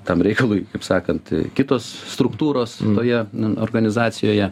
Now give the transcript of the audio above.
tam reikalui kaip sakant kitos struktūros toje organizacijoje